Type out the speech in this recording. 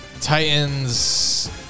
Titans